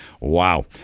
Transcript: wow